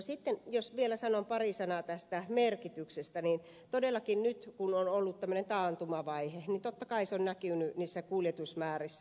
sitten jos vielä sanon pari sanaa tästä merkityksestä niin todellakin nyt kun on ollut tämmöinen taantumavaihe niin totta kai se on näkynyt niissä kuljetusmäärissä